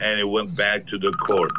and he went back to the court